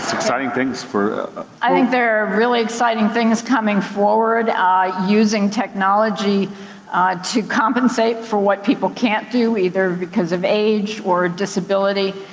exciting things for i think there are really exciting things coming forward using technology to compensate for what people can't do, either because of age or disability.